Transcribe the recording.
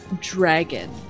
dragon